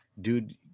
dude